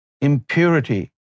impurity